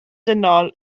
dynol